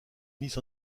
mise